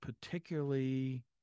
particularly